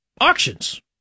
auctions